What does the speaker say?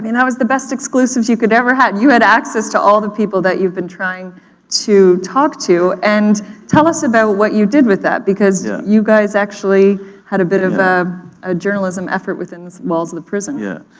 i mean that was the best exclusives you could ever had. you had access to all the people that you've been trying to talk to, and tell us about what you did with that, because you guys actually had a bit of ah a journalism effort within these walls of the prison. mf yeah.